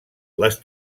les